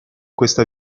questa